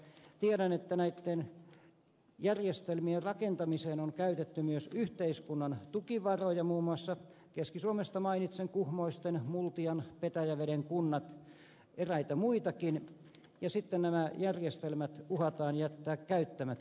tiedän että näitten järjestelmien rakentamiseen on käytetty myös yhteiskunnan tukivaroja muun muassa keski suomesta mainitsen kuhmoisten multian petäjäveden kunnat ja on eräitä muitakin ja sitten nämä järjestelmät uhataan jättää käyttämättä